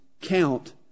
count